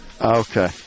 Okay